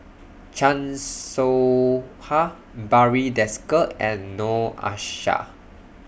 Chan Soh Ha Barry Desker and Noor Aishah